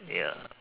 ya